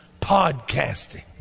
podcasting